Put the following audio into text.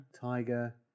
Tiger